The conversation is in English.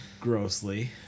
grossly